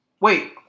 Wait